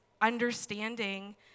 understanding